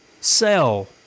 sell